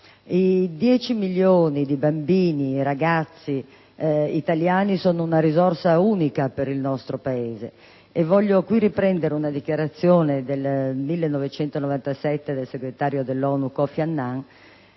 I 10 milioni di bambini e ragazzi italiani sono una risorsa unica per il nostro Paese, e voglio qui riprendere una dichiarazione del 1997 del segretario dell'ONU Kofi Annan,